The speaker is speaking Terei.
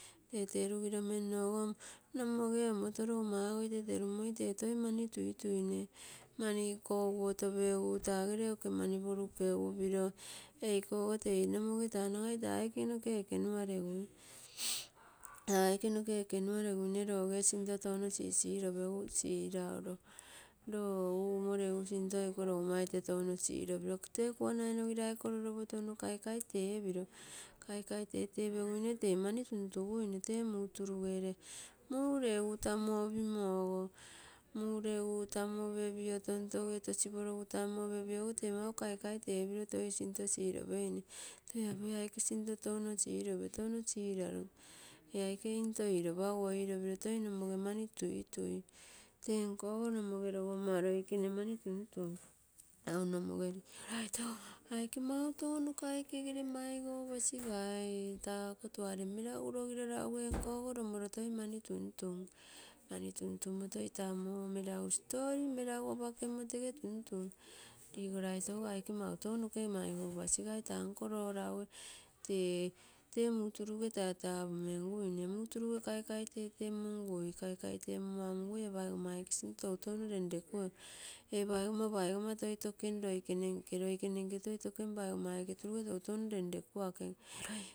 Lee tee rugiromenno ogo nomoge omoto logomma ogo ite rerumoi tee toi mani tuituine, mani kokuotopegu taa gere oke mani porukegu piro eikogo tei nomoge nagai taa, nagai taa aike noke eke uaregui, taa aike noke ekenuareguine loge touno sinto. Sisilopegu siraulo lo umo legu sinto iko logomma ite touno siropiro lee kuanai nogirai kololopo touno kaikai tepiro, kaikai tete peguine tee mani tuntuguine, tee muturugere tamu opimogo, mureugu tamu opepio tontoge rosiporogu tamu opepio ogo ree mau kaikai tepiro toi sinto silopeine toi apu aike sinto tou silope, touno silaru eeaike into eropaguoi, eropiro toi nomoge mani tuitui. Tenko ogo nomoge logomma loikene mani tuntun. Mau nomoge ligoraito aike mau touno nokaikegere maigou gai taa ako tuare melagu logiro lagu toi ee nko go lomolo mani tuntun. Mani tuntunmo taa ako muu melagu story melagu apakemmo tege tuntun. Liagoraitogo aike mau tounoke maigou pasigai taa nko lo raue tee muu turuge tatapumemguine. muu turuge kaikai tetemumguine, kaikai tetemummo aamungui ee paigomma aike sinto toutou lekuem, ee paigo ma toi tokem, loikenenke, loikenenke toi tokem, loikenenke toutou turuge lenlekuake.